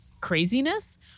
craziness